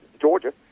Georgia